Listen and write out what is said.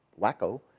wacko